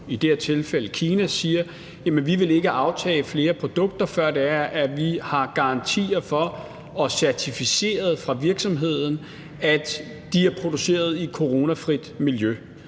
i det her tilfælde Kina – siger: Vi vil ikke aftage flere produkter, før vi har garantier for og får certificeret af virksomheden, at de er produceret i et coronafrit miljø.